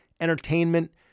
entertainment